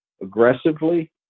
aggressively